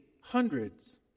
hundreds